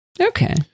Okay